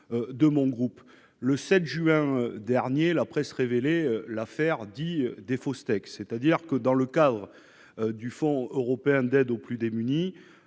de mon groupe. Le 7 juin 2019, la presse révélait l'affaire dite des faux steaks. En effet, dans le cadre du Fonds européen d'aide aux plus démunis,